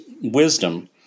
wisdom